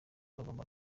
bagomba